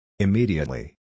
Immediately